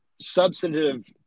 substantive